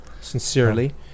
sincerely